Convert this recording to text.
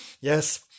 yes